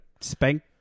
spank